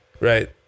right